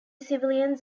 civilians